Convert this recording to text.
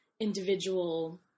individual